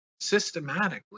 systematically